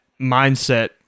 mindset